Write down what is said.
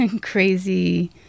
crazy